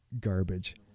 garbage